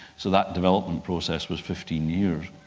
so that development process was fifteen years.